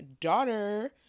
daughter